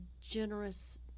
generous